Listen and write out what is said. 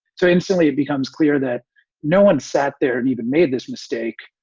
so instantly it becomes clear that no one sat there and even made this mistake.